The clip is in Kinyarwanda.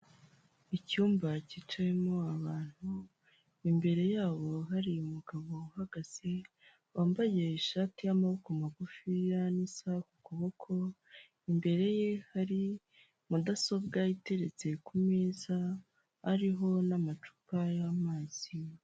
Icyumba cyicayemo abantu imbere yabo hari umugabo uhagaze wambaye ishati y'amaboko magufiya n'isaha ku kuboko, imbere ye hari mudasobwa iteretse ku meza ariho n'amacupa y'amazi.